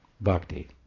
Bhakti